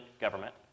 government